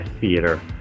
Theater